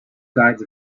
guides